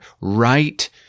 right